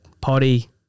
Potty